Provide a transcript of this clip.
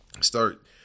start